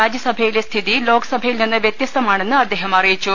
രാജ്യസഭയിലെ സ്ഥിതി ലോക്സഭ യിൽ നിന്ന് വൃത്യസ്തമാണെന്ന് അദ്ദേഹം അറിയിച്ചു